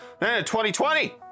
2020